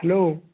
hello